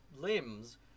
limbs